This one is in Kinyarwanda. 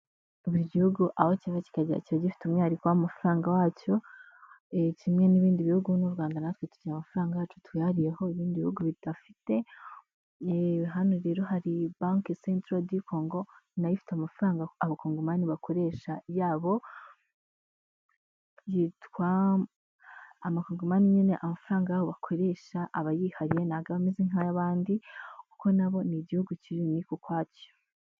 Buri gihugu aho kiva kikajyera kiba gifite umwihariko w'amafaranga wacyo, kimwe n'ibindi bihugu n'u Rwanda natwe dujyira amafaranga yacu tuhariyeho ibindi bihugu bidafite. Hano rero hari banki centre di congo nayo ifite amafaranga abakongomani bakoresha yabo, yitwa amakongamani nyine. Amafaranga yabo bakoresha aba yihariye ntago aba ameze nk'ay'abandi, kuko nabo ni igihugu kiri inike ukwacyo.